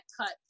cut